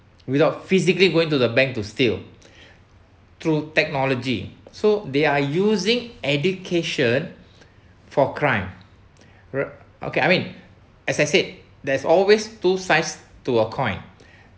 without physically going to the bank to steal through technology so they are using education for crime ri~ okay I mean as I said there's always two sides to a coin